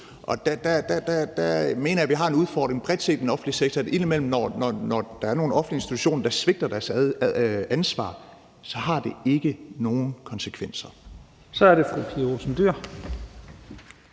Og der mener jeg, vi har en udfordring bredt set i den offentlige sektor med, at når der indimellem er nogle offentlige institutioner, der svigter deres ansvar, så har det ikke nogen konsekvenser. Kl. 14:53 Første